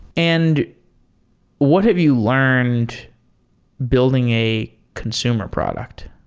and what have you learned building a consumer product?